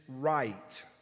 right